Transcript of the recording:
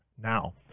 Now